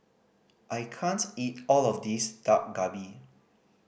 I can't eat all of this Dak Galbi